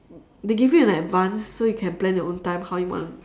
they give you in advance so you can plan your own time how you want